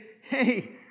hey